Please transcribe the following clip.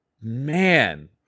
man